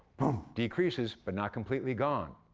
decreases, but not completely gone.